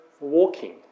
walking